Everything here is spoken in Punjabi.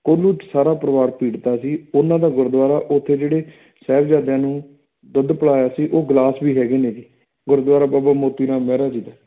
ਕੋਹਲੂ 'ਚ ਸਾਰਾ ਪਰਿਵਾਰ ਪੀੜਤਾ ਸੀ ਉਹਨਾਂ ਦਾ ਗੁਰਦੁਆਰਾ ਉੱਥੇ ਜਿਹੜੇ ਸਾਹਿਬਜ਼ਾਦਿਆਂ ਨੂੰ ਦੁੱਧ ਪਿਲਾਇਆ ਸੀ ਉਹ ਗਲਾਸ ਵੀ ਹੈਗੇ ਨੇ ਜੀ ਗੁਰਦੁਆਰਾ ਬਾਬਾ ਮੋਤੀ ਰਾਮ ਮਹਿਰਾ ਜੀ ਦਾ